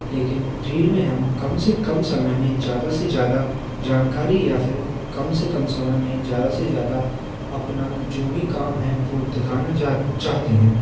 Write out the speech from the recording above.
लेकिन रील में हम कम से कम समय में ज़्यादा से ज़्यादा जानकारी या फिर कम से कम समय में ज़्यादा से ज़्यादा अपना जो भी काम है वो दिखाना जा चाहते हैं